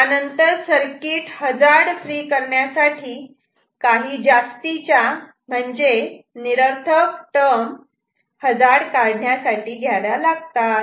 त्यानंतर circuit hazard free करण्यासाठी काही जास्ती च्या म्हणजेच निरर्थक टर्म हजार्ड काढण्यासाठी घ्याव्या लागतात